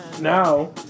now